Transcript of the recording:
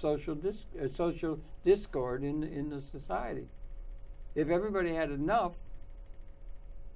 social this is social discord in into society if everybody had enough